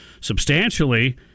substantially